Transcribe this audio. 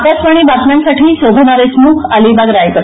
आकाशवाणी बातम्यांसाठी शोभना देशमुख अलिबाग रायगड